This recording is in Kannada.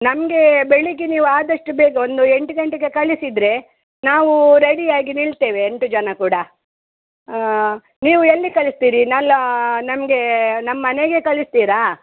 ನಮಗೆ ಬೆಳಗ್ಗೆ ನೀವು ಆದಷ್ಟು ಬೇಗ ಒಂದು ಎಂಟು ಗಂಟೆಗೆ ಕಳಿಸಿದರೆ ನಾವೂ ರೆಡಿಯಾಗಿ ನಿಲ್ತೇವೆ ಎಂಟು ಜನ ಕೂಡ ನೀವು ಎಲ್ಲಿ ಕಳಿಸ್ತೀರಿ ನಲ್ಲೋ ನಮಗೆ ನಮ್ಮ ಮನೆಗೆ ಕಳಿಸ್ತೀರ